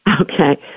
okay